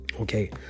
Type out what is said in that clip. Okay